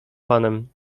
panem